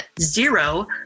Zero